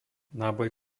náboj